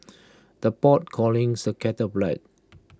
the pot callings the kettle black